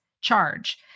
charge